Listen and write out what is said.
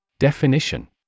Definition